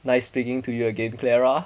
nice speaking to you again clara